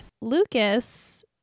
Lucas